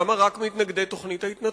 למה רק מתנגדי תוכנית ההתנתקות?